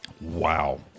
Wow